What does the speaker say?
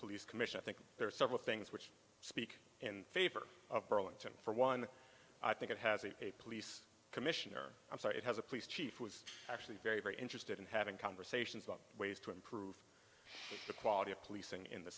police commission i think there are several things which speak in favor of burlington for one i think it has a police commissioner i'm sorry it has a police chief was actually very very interested in having conversations about ways to improve the quality of policing in the